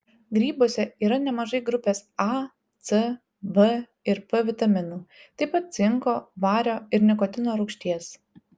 grybuose yra nemažai grupės a c b ir p vitaminų taip pat cinko vario ir nikotino rūgšties